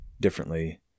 differently